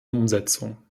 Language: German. umsetzung